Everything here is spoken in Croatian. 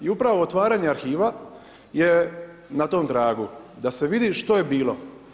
I upravo otvaranje arhiva je na tom tragu, da se vidi što je bilo.